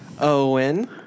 Owen